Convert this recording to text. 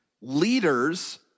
leaders